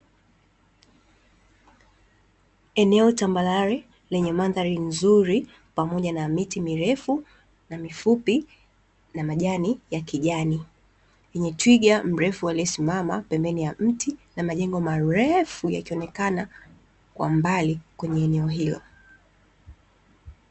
Eneo tambarare lenye mandhari nzuri pamoja na miti mirefu na mifupi, na majani ya kijani yenye twiga mrefu aliyesimama pembeni ya mti na majengo marefu yakionekana kwa mbali kwenye eneo hilo.